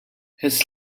his